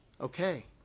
Okay